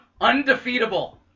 Undefeatable